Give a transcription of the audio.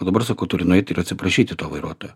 o dabar sakau turi nueit ir atsiprašyti to vairuotojo